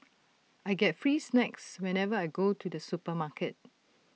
I get free snacks whenever I go to the supermarket